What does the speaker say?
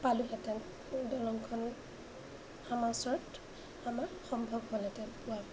পালোঁহেঁতেন দলংখন আমাৰ ওচৰত আমাক সম্ভৱ হ'লহেঁতেন পোৱা